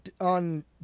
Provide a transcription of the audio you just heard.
on